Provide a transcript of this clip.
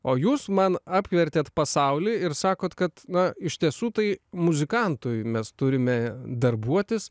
o jūs man apvertėt pasaulį ir sakot kad na iš tiesų tai muzikantui mes turime darbuotis